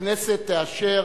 הכנסת תאשר